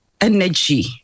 energy